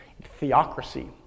theocracy